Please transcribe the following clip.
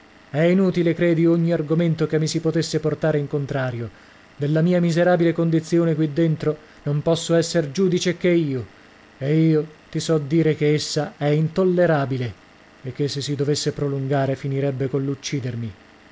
è inutile credi ogni argomento che mi si potesse portare in contrario della mia miserabile condizione qui dentro non posso esser giudice che io e io ti so dire che essa è intollerabile e che se si dovesse prolungare finirebbe con l'uccidermi